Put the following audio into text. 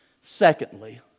Secondly